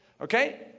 Okay